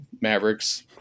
Mavericks